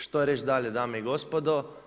Što reći dalje dame i gospodo?